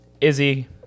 Izzy